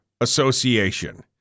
Association